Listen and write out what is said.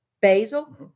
basil